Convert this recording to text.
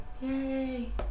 yay